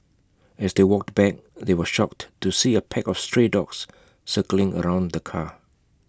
as they walked back they were shocked to see A pack of stray dogs circling around the car